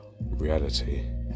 Reality